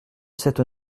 cette